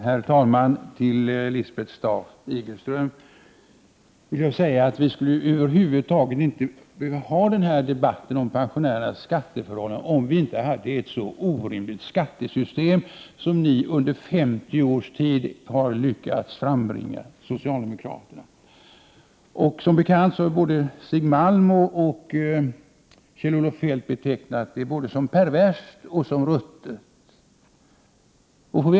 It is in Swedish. Herr talman! Till Lisbeth Staaf-Igelström vill jag säga att vi över huvud taget inte skulle behöva ha den här debatten om pensionärernas skatteförhållanden, om vi inte hade ett så orimligt skattesystem, som ni socialdemokrater under 50 års tid har lyckats frambringa. Som bekant har både Stig Malm och Kjell-Olof Feldt betecknat det som perverst och ruttet.